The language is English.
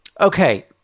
okay